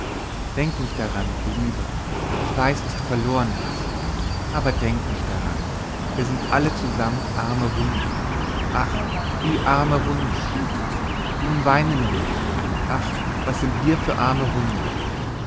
denk nicht daran lieber ich weiß was du verloren hast aber denk nicht daran wir sind allezusamt arme hunde ach wie arme hunde nun weine nur nicht ach was sind wir für arme hunde